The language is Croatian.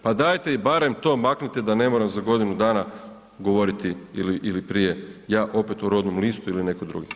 Pa dajte barem to maknite da ne moram za godinu dana govoriti ili prije, ja opet o rodnom listu ili netko drugi.